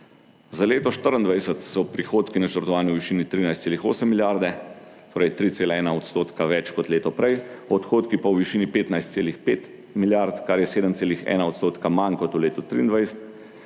Za leto 2024 so prihodki načrtovani v višini 13,8 milijarde, torej 3,1 % več kot leto prej, odhodki pa v višini 15,5 milijard, kar je 7,1 % manj kot v letu 2023.